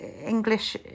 English